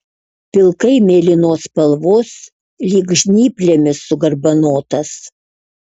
pilkai mėlynos spalvos lyg žnyplėmis sugarbanotas